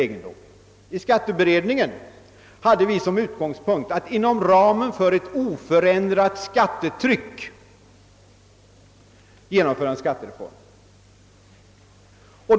Inom skatteberedningen hade vi som utgångspunkt att inom ramen för ett oförändrat skattetryck genomföra en skattereform.